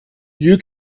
you